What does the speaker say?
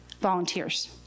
volunteers